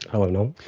hello